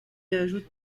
ajoute